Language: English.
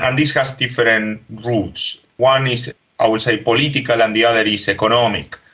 and this has different and roots. one is i would say political and the other is economic.